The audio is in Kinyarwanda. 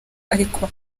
ariko